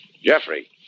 Jeffrey